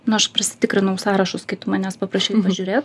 na aš prasitikrinau sąrašus kai tu manęs paprašiai pažiūrėt